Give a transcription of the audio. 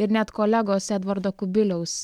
ir net kolegos edvardo kubiliaus